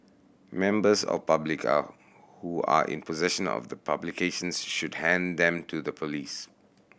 members of public are who are in possessional of the publications should hand them to the police